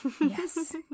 Yes